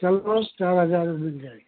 चलो चार हज़ार में मिल जाएगी